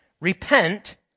Repent